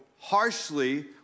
harshly